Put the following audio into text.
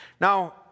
Now